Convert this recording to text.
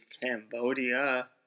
Cambodia